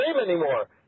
anymore